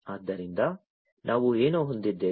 ಆದ್ದರಿಂದ ನಾವು ಏನು ಹೊಂದಿದ್ದೇವೆ